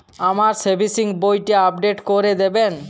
আমার সেভিংস বইটা আপডেট করে দেবেন?